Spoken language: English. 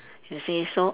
you see so